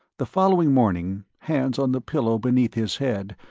the following morning, hands on the pillow beneath his head,